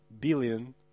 billion